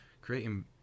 creating